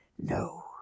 no